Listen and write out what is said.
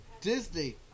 Disney